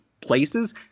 places